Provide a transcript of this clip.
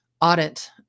audit